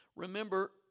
Remember